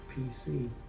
PC